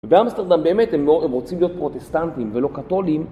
ובאמסטרדם באמת הם רוצים להיות פרוטסטנטים ולא קתולים.